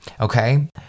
okay